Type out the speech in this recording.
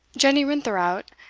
jenny rintherout,